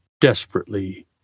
desperately